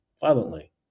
violently